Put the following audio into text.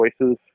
choices